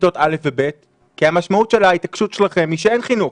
לכיתות א' ו-ב' כי המשמעות של ההתעקשות שלכם היא שאין חינוך.